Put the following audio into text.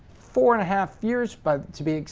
four and a half years but to be,